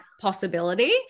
possibility